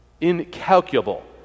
Incalculable